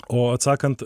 o atsakant